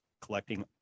collecting